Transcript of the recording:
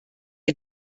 que